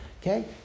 Okay